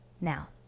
Now